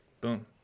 Boom